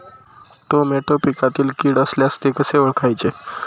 Tomato पिकातील कीड असल्यास ते कसे ओळखायचे?